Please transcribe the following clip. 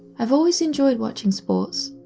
i've always enjoyed watching sports,